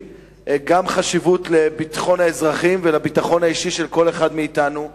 חשיבות לביטחון האזרחים ולביטחון האישי של כל אחד מאתנו,